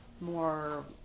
more